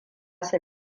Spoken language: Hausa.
su